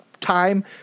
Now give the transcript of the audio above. time